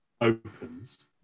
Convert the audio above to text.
opens